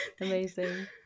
Amazing